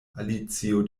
alicio